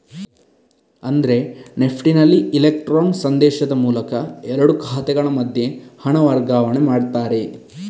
ಅಂದ್ರೆ ನೆಫ್ಟಿನಲ್ಲಿ ಇಲೆಕ್ಟ್ರಾನ್ ಸಂದೇಶದ ಮೂಲಕ ಎರಡು ಖಾತೆಗಳ ಮಧ್ಯೆ ಹಣ ವರ್ಗಾವಣೆ ಮಾಡ್ತಾರೆ